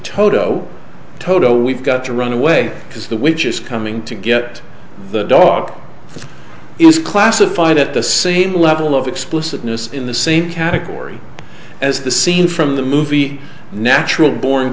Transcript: toto toto we've got to run away because the which is coming to get the dog is classified at the same level of explicitness in the same category as the scene from the movie natural born